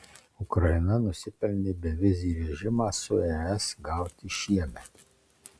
ukraina nusipelnė bevizį režimą su es gauti šiemet